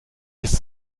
ist